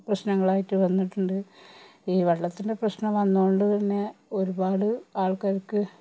പ്രശ്നങ്ങളായിട്ട് വന്നിട്ടുണ്ട് ഈ വെള്ളത്തിൻ്റെ പ്രശ്നം വന്നത് കൊണ്ട് തന്നെ ഒരുപാട് ആൾക്കാർക്ക്